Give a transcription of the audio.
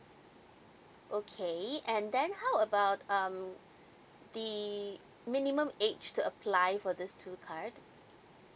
okay and then how about um the minimum age to apply for these two card